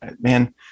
Man